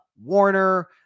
Warner